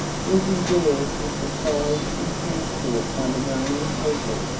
was enjoyed with surprise and transport by the roman people.